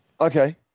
Okay